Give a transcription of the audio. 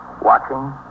watching